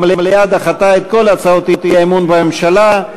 המליאה דחתה את כל הצעות האי-אמון בממשלה.